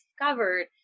discovered